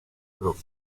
group